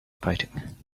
fighting